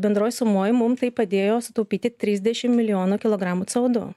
bendroj sumoj mum tai padėjo sutaupyti trisdešim milijonų kilogramų co du